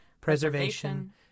preservation